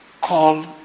call